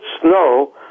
snow